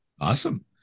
Awesome